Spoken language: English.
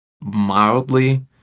mildly